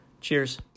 Cheers